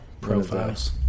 Profiles